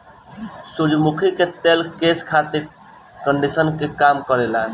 सूरजमुखी के तेल केस खातिर कंडिशनर के काम करेला